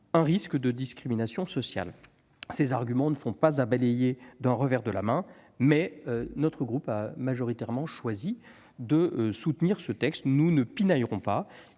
un risque de discrimination sociale. Ces arguments ne peuvent être balayés d'un revers de la main, mais notre groupe a majoritairement choisi de soutenir ce texte. Nous ne pinaillerons pas.